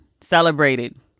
celebrated